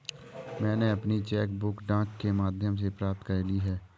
मैनें अपनी cheque book डाक के माध्यम से प्राप्त कर ली है